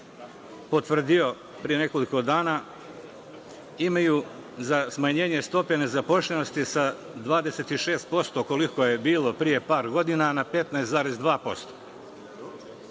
potvrdio pre nekoliko dana, imaju za smanjenje stope nezaposlenosti sa 26%, koliko je bilo pre par godina, na 15,2%.